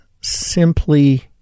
simply